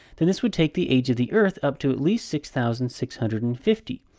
then this would take the age of the earth up to at least six thousand six hundred and fifty.